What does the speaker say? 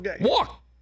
walk